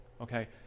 okay